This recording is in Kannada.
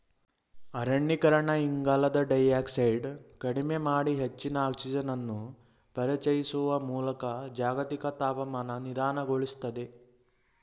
ಅರಣ್ಯೀಕರಣ ಇಂಗಾಲದ ಡೈಯಾಕ್ಸೈಡ್ ಕಡಿಮೆ ಮಾಡಿ ಹೆಚ್ಚಿನ ಆಕ್ಸಿಜನನ್ನು ಪರಿಚಯಿಸುವ ಮೂಲಕ ಜಾಗತಿಕ ತಾಪಮಾನ ನಿಧಾನಗೊಳಿಸ್ತದೆ